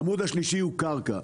העמוד השלישי הוא קרקע.